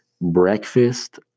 breakfast